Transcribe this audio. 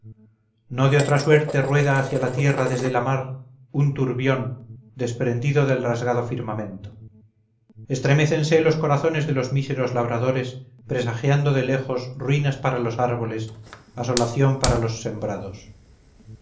no de otra suerte rueda hacia la tierra desde la alta mar un turbión desprendido del rasgado firmamento estremécense los corazones de los míseros labradores presagiando de lejos ruinas para los árboles asolación para los sembrados